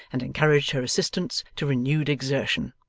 and encouraged her assistants to renewed exertion.